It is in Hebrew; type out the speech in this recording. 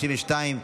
32,